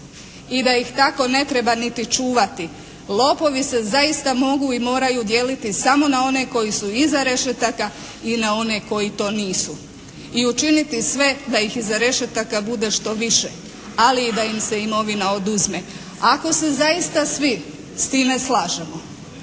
i da ih tako ne treba niti čuvati. Lopovi se zaista mogu i moraju dijeliti samo na one koji su iza rešetaka i na one koji to nisu i učiniti sve da ih iza rešetaka bude što više, ali i da im se imovina oduzme. Ako se zaista svi s time slažemo,